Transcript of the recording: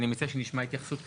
ואני מציע שנשמע התייחסות קצרה.